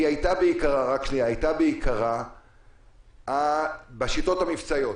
היא היתה בעיקרה בשיטות המבצעיות.